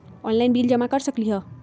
Online bill जमा कर सकती ह?